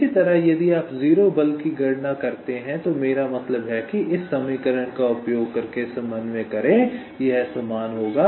इसी तरह यदि आप 0 बल की गणना करते हैं तो मेरा मतलब है कि इस समीकरण का उपयोग करके समन्वय करें यह समान होगा